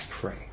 pray